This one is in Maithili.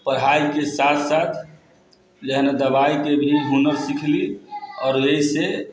पढ़ाइके साथ साथ जाहिमे दबाइके भी हुनर सीखली आओर अयसँ